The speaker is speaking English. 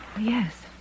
Yes